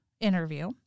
interview